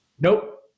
Nope